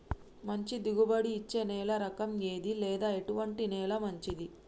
మంచి దిగుబడి ఇచ్చే నేల రకం ఏది లేదా ఎటువంటి నేల మంచిది?